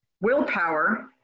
Willpower